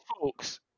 folks